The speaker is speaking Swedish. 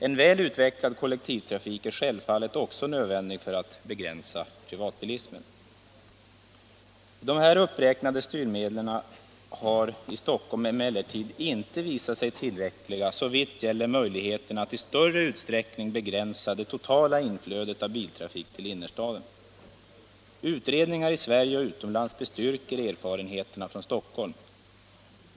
En väl utvecklad kollektivtrafik är självfallet också nödvändig för att begränsa privatbilismen. De här uppräknade styrmedlen har t.ex. i Stockholm emellertid visat sig otillräckliga såvitt gäller möjligheterna att i större utsträckning be gränsa det totala inflödet av biltrafik till innerstaden. Utredningar i Sverige och utomlands bestyrker erfarenheterna från Stockholm.